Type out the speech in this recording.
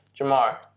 Jamar